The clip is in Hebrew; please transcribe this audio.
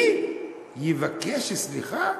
אז: אני אבקש סליחה?